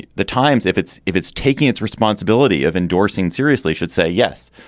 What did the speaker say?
the times, if it's if it's taking its responsibility of endorsing seriously, should say yes.